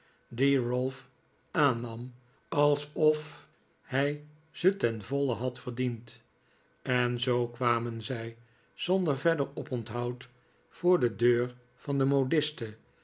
ralph aannam alsof hij ze teif voile had verdiend en zoo kwamen zij zonder verder oponthoud voor de deur van de modiste